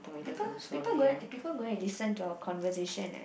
people people gonna people gonna listen to our conversation eh